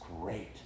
great